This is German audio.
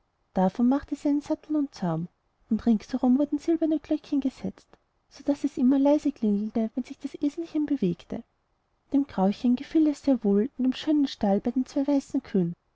davon machten sie einen sattel und zaum und ringsherum wurden silberne glöckchen gesetzt so daß es immer leise klingelte wenn das eselchen sich bewegte dem grauchen gefiel es sehr wohl in dem schönen stall bei den zwei weißen kühen